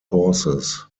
pauses